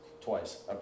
Twice